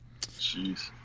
Jeez